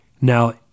Now